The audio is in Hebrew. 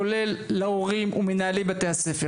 כולל ההורים ומנהלי בתי הספר,